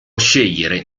scegliere